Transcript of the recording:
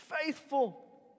faithful